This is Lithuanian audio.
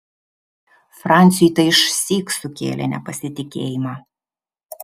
franciui tai išsyk sukėlė nepasitikėjimą